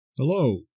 Hello